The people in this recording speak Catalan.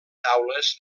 taules